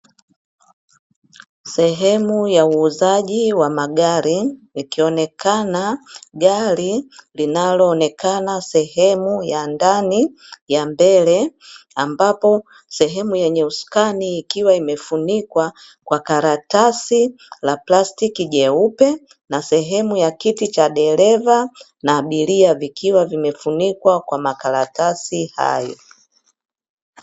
Sehemu ya uuzaji wa magari, ikionekana gari linaloonekana sehemu ya ndani ya mbele ambapo sehemu yenye usukani ikiwa imefunikwa kwa karatasi la plastiki jeupe, na sehemu ya kiti cha dereva na abiria vikiwa vimefunikwa kwa makaratasi hayo.